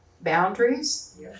boundaries